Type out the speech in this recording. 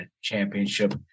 championship